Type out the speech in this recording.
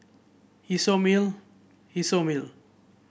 isomil isomil